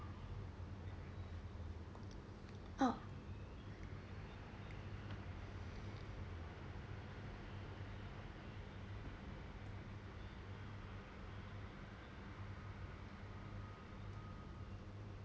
oh